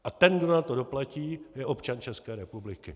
A ten, kdo na to doplatí, je občan České republiky.